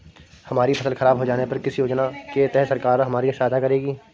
हमारी फसल खराब हो जाने पर किस योजना के तहत सरकार हमारी सहायता करेगी?